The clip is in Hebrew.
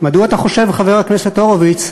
מדוע אתה חושב, חבר הכנסת הורוביץ,